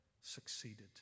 succeeded